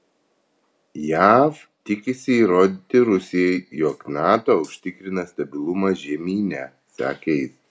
jav tikisi įrodyti rusijai jog nato užtikrina stabilumą žemyne sakė jis